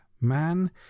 Man